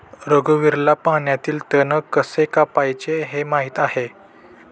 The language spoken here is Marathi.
रघुवीरला पाण्यातील तण कसे कापायचे हे माहित आहे